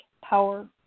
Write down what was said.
power